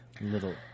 Little